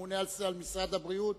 הממונה על משרד הבריאות,